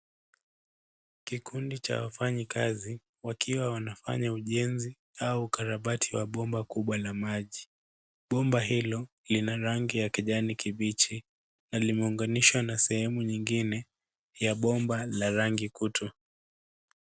Kikundi cha wafanyikazi wakiwa wanafanya ujenzi au ukarabati wa bomba kubwa la maji. Bomba hilo lina rangi ya kijani kibichi na limeunganishwa na sehemu nyingine ya bomba la rangi kutu.